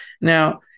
Now